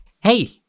Hey